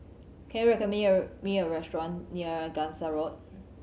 can you recommend me me a restaurant near Gangsa Road